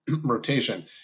rotation